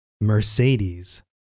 Mercedes